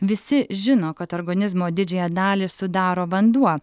visi žino kad organizmo didžiąją dalį sudaro vanduo